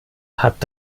hat